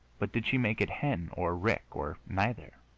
but did she make it hen or rik, or neither?